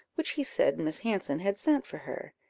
which he said miss hanson had sent for her.